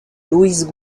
louise